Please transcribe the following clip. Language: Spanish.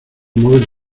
móvil